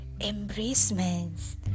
embracements